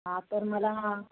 हा तर मला